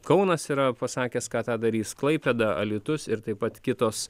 kaunas yra pasakęs kad tą darys klaipėda alytus ir taip pat kitos